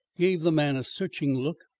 gave the man a searching look,